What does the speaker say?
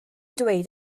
dweud